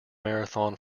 marathon